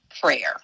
prayer